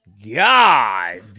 God